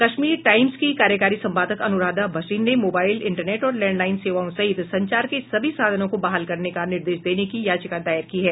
कश्मीर टाइम्स की कार्यकारी संपादक अनुराधा भसीन ने मोबाइल इंटरनेट और लैंडलाइन सेवाओं सहित संचार के सभी साधनों को बहाल करने का निर्देश देने की याचिका दायर की है